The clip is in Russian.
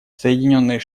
соединенные